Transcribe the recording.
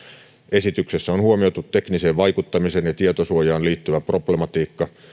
esityksessä on huomioitu tekniseen vaikuttamiseen ja tietosuojaan liittyvä problematiikka